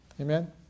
Amen